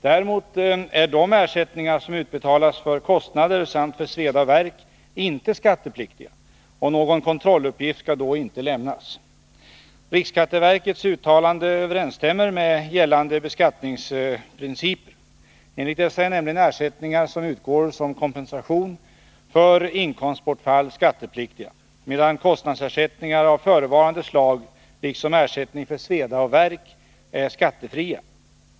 Däremot är de ersättningar som utbetalas för kostnader samt för sveda och värk inte skattepliktiga, och någon kontrolluppgift skall då inte lämnas. : É &: försökspersoner Riksskätteverkets uttalande Översta nen med gällande beskattnings —; medicinska expeprinciper. Enligt dessa är nämligen ersättningar som utgår som kompensariment. tion för inkomstbortfall skattepliktiga, medan kostnadsersättningar av förevarande slag liksom ersättning för sveda och värk är skattefria.